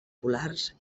polars